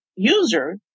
user